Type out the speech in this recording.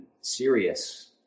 serious